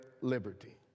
liberty